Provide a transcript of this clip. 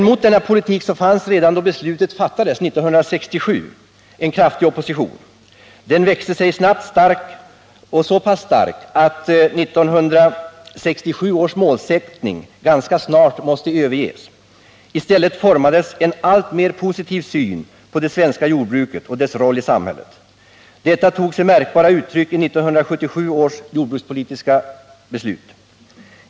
Mot denna politik fanns det dock redan då beslutet fattades år 1967 en kraftig opposition. Den växte sig snabbt så stark att 1967 års målsättning ganska snart måste överges. I stället formades en alltmer positiv syn på det svenska jordbruket och dess roll i samhället. Detta tog sig märkbara uttryck i 1977 års jordbrukspolitiska beslut.